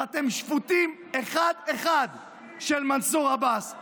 ואתם שפוטים אחד-אחד של מנסור עבאס.